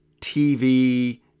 TV